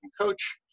coach